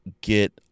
get